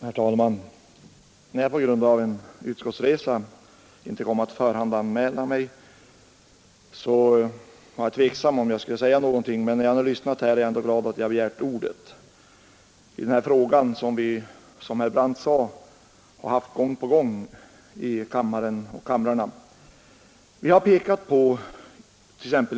Herr talman! Eftersom jag på grund av en utskottsresa inte kom att förhandsanmäla mig var jag tveksam om jag skulle säga någonting, men när jag nu har lyssnat till debatten är jag ändå glad att jag har begärt ordet. Denna fråga har, som herr Brandt sade, varit uppe gång på gång i den här kammaren och dess företrädare.